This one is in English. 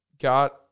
got